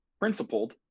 principled